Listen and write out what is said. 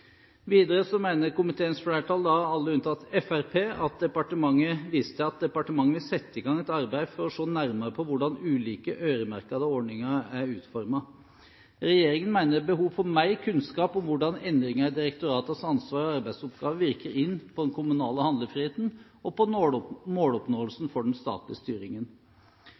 videre til grunn at rammefinansiering fortsatt skal være hovedmodellen for finansiering av kommunesektoren. Dette slutter flertallet seg til. Komiteens flertall, alle unntatt medlemmene fra Fremskrittspartiet, viser til at departementet vil sette i gang et arbeid for å se nærmere på hvordan ulike øremerkede ordninger er utformet. Regjeringen mener det er behov for mer kunnskap om hvordan endringer i direktoratenes ansvar og arbeidsoppgaver virker inn på den kommunale handlefriheten og på måloppnåelsen for